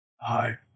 Hi